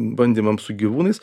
bandymams su gyvūnais